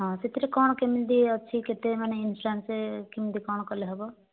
ହଁ ସେଥିରେ କଣ କେମିତି ଅଛି କେତେ ମାନେ ଇନ୍ସୁରାନ୍ସ କେମିତି କଲେ କଣ ହେବ